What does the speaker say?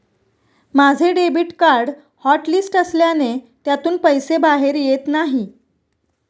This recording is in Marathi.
माझे डेबिट कार्ड हॉटलिस्ट असल्याने त्यातून पैसे बाहेर येत नाही